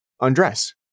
undress